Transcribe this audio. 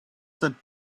sent